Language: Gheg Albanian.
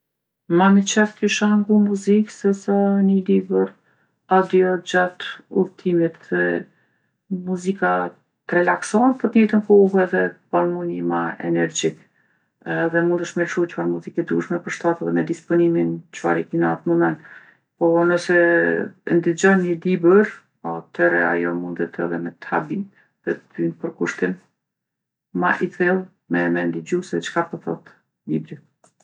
Ma me qef kisha ngu muzikë sesa ni libër audio gjatë udhtimit, se muzika t'relakson po t'njejtën kohë t'bon mu ni edhe ma energjik edhe mundesh me lshu çfarë muzike dush, me përshtat edhe me disponimin çfare e ki n'atë moment. Po nëse e ndigjon ni libër, athere ajo mundet edhe me t'habitë se t'vyn përkushtim ma i thellë me me ndëgju se çka po thotë libri.